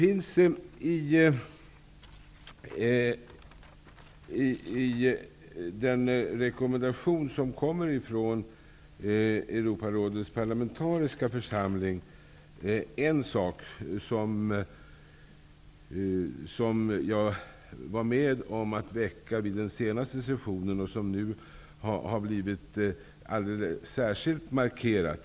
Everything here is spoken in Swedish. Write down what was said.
I den rekommendation som kommer från Europarådets parlamentariska församling nämns en fråga som jag var med om att väcka vid den senaste sessionen, en fråga som nu markerats alldeles särskilt.